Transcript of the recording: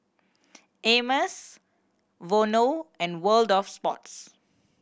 Hermes Vono and World Of Sports